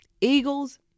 Eagles